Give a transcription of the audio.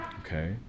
Okay